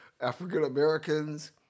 African-Americans